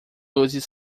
luzes